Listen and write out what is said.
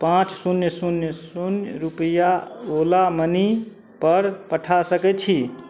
पाँच शून्य शून्य शून्य रुपैआ ओला मनीपर पठा सकैत छी